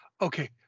Okay